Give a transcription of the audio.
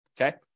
Okay